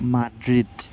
Madrid